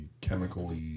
chemically